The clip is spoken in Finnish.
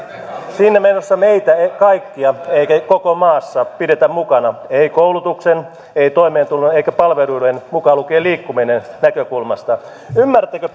siinä menossa meitä ei kaikkia eikä koko maassa pidetä mukana ei koulutuksen ei toimeentulon eikä palveluiden mukaan lukien liikkuminen näkökulmasta ymmärrättekö